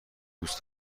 دوست